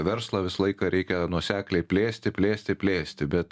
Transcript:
verslą visą laiką reikia nuosekliai plėsti plėsti plėsti bet